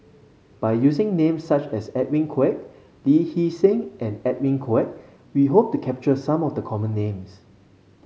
by using names such as Edwin Koek Lee Hee Seng and Edwin Koek we hope to capture some of the common names